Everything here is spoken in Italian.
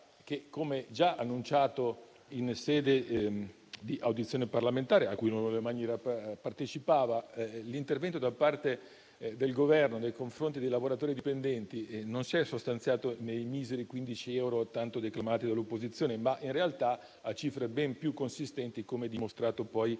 come già annunciato in sede di audizione parlamentare, alla quale il senatore Magni ha partecipato - l'intervento da parte del Governo nei confronti dei lavoratori dipendenti si è sostanziato non nei miseri 15 euro tanto declamati dall'opposizione, ma in realtà in cifre ben più consistenti, come dimostrato da